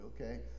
okay